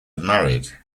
married